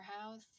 house